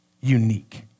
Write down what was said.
unique